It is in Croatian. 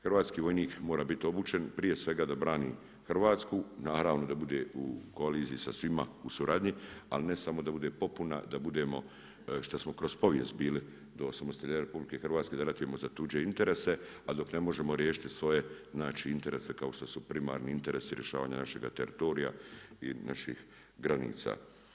Hrvatski vojnik mora biti obučen, prije svega da brani Hrvatsku, naravno, da bude u koaliziji sa svima u suradnji, ali ne samo da bude popuna, da budemo, šta smo kroz povijest bili, do osamostaljenja RH, da ratujemo za tuđe interese, a dok ne možemo riješiti svoje interese kao što su primarni interesi rješavanja našega teritorija i naših granica.